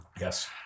Yes